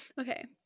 Okay